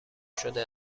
شده